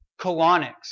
Colonics